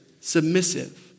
submissive